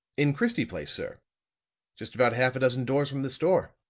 in christie place, sir just about half a dozen doors from the store.